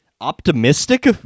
Optimistic